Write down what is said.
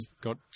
got